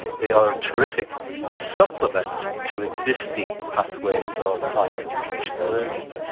they are a terrific supplement to existing pathways of higher education learning,